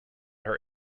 her